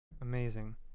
Amazing